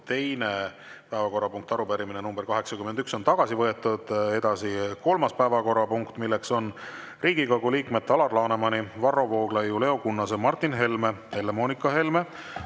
teine päevakorrapunkt, arupärimine nr 81, on tagasi võetud. Edasi kolmas päevakorrapunkt, milleks on Riigikogu liikmete Alar Lanemani, Varro Vooglaiu, Leo Kunnase, Martin Helme, Helle-Moonika Helme,